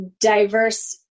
diverse